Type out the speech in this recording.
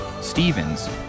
Stephens